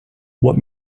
what